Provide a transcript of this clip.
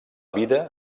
vida